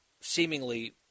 seemingly